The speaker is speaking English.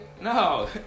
No